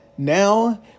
Now